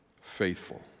Faithful